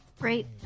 Great